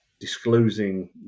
disclosing